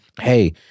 hey